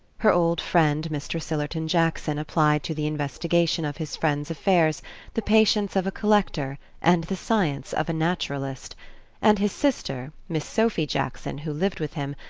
her old friend mr. sillerton jackson applied to the investigation of his friends' affairs the patience of a collector and the science of a naturalist and his sister, miss sophy jackson, who lived with him,